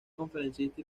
conferencista